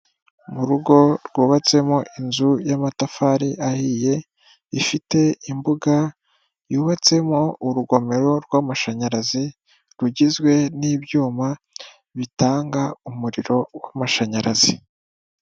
Mu rugo rwubatsemo inzu y'amatafari ahiye, ifite imbuga yubatsemo urugomero rw'amashanyarazi, rugizwe n'ibyuma bitanga umuriro w'amashanyarazi.